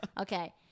Okay